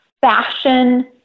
fashion